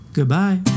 Goodbye